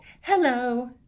Hello